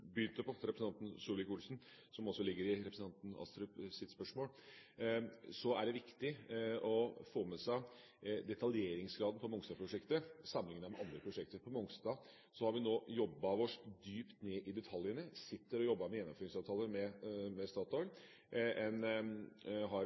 begynte på til representanten Solvik-Olsen, noe som også ligger i representanten Astrups spørsmål: Det er viktig å få med seg detaljeringsgraden på Mongstad-prosjektet, sammenlignet med andre prosjekter. På Mongstad har vi nå jobbet oss dypt ned i detaljene, vi jobber med gjennomføringsavtaler med